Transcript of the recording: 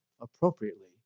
appropriately